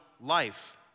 life